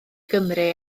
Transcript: gymru